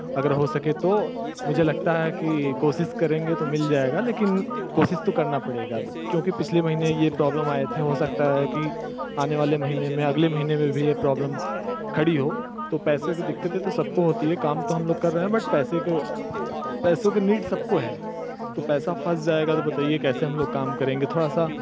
अगर हो सके तो मुझे लगता है कि कोशिश करेंगे तो मिल जाएगा लेकिन कोशिश तो करना पड़ेगा क्योंकि पिछले महीने ये प्रॉब्लम आई थी हो सकता है कि आने वाले महीने में अगले महीने में भी ये प्रॉब्लम खड़ी हो तो पैसे की दिक्कतें तो सब को होती है काम तो हम लोग कर रहे हैं बट पैसे के पैसों की नीड सब को है तो पैसा फस जाएगा तो बताइए कैसे हम लोग काम करेंगे थोड़ा सा